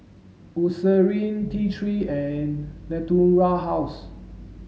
T three and Natura House